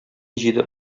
җиде